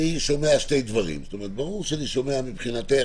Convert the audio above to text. אני שומע שני דברים: ברור שאני שומע מבחינתך